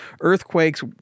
earthquakes